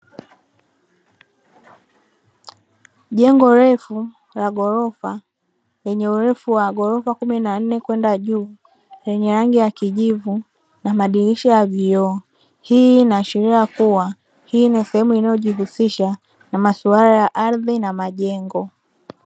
Jengo refu la ghorofa lenye urefu wa ghorofa kumi na nne kwenda juu, lenye rangi ya kijivu na madirisha ya vioo. Hii inaashira kuwa hii ni sehemu inayojihusisha na masuala ya ardhi na majengo.